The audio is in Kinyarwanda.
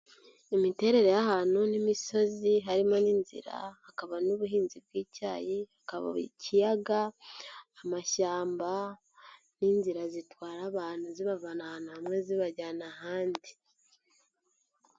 Imiterere y'ahantu n'imisozi, harimo n'inzira, hakaba n'ubuhinzi bw'icyayi, hakaba ikiyaga, amashyamba n'inzira zitwara abantu, zibavana ahantu hamwe zibajyana ahandi.